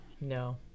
no